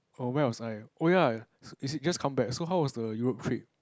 oh where was I oh ya is is it just come back so how was the Europe trip